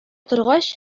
торгач